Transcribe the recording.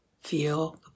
feel